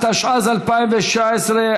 התשע"ז 2017,